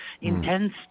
intense